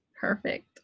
perfect